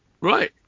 Right